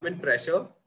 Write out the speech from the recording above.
pressure